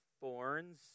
thorns